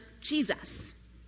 Jesus